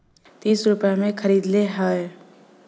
तीस रुपइया मे खरीदले हौ